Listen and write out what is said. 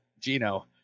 Gino